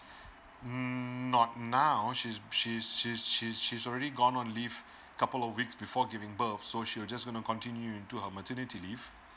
mm not now she's she's she's she's she's already gone on leave couple of weeks before giving birth so she will just going to continue into her maternity leave